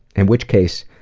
in which case,